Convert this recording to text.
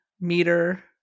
meter